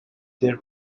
their